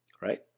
right